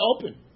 open